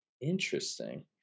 Interesting